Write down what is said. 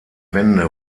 wende